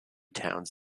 towns